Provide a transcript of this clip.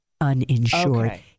uninsured